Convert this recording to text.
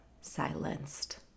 silenced